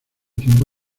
tiempo